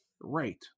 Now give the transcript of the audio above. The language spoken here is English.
right